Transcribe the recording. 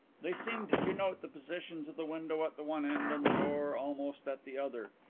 they seemed to note the positions of the window at the one end and the door almost at the other,